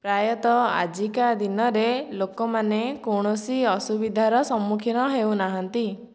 ପ୍ରାୟତଃ ଆଜିକା ଦିନରେ ଲୋକମାନେ କୌଣସି ଅସୁବିଧାର ସମ୍ମୁଖୀନ ହେଉନାହାନ୍ତି